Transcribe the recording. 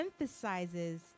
emphasizes